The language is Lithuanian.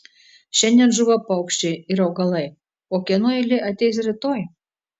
šiandien žūva paukščiai ir augalai o kieno eilė ateis rytoj